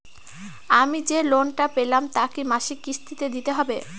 আমি যে লোন টা পেলাম তা কি মাসিক কিস্তি তে দিতে হবে?